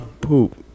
poop